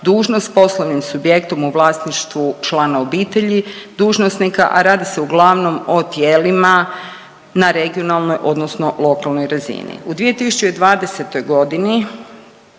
dužnost, poslovnim subjektom u vlasništvu člana obitelji dužnosnika, a radi se uglavnom o tijelima na regionalnoj odnosno lokalnoj razini. U 2020. godini